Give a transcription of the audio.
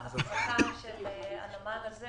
כל השטח של הנמל הזה